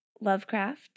Lovecraft